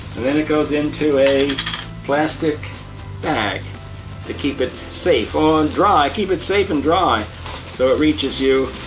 and then it goes into a plastic bag to keep it safe, oh ah and dry. keep it safe and dry so it reaches you